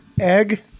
Egg